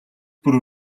бүр